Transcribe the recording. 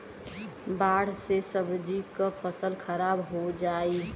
बाढ़ से सब्जी क फसल खराब हो जाई